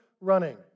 running